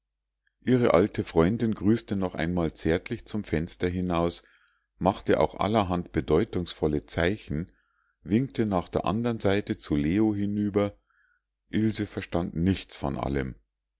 ihre alte freundin grüßte noch einmal zärtlich zum fenster hinaus machte auch allerhand bedeutungsvolle zeichen winkte nach der andern seite zu leo hinüber ilse verstand nichts von allem